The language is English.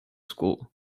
school